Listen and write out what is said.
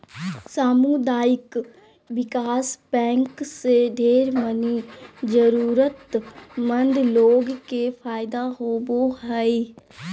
सामुदायिक विकास बैंक से ढेर मनी जरूरतमन्द लोग के फायदा होवो हय